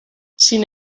sin